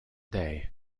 day